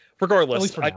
regardless